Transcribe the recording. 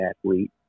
athlete